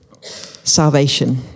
salvation